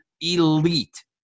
elite